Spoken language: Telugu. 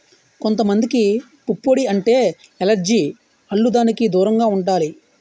కొంత మందికి పుప్పొడి అంటే ఎలెర్జి ఆల్లు దానికి దూరంగా ఉండాలి